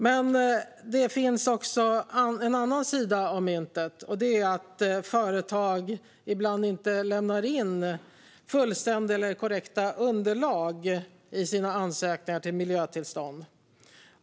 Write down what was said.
Men det finns också en annan sida av myntet, och det är att företag ibland inte lämnar in fullständiga eller korrekta underlag i sina ansökningar om miljötillstånd.